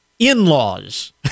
In-laws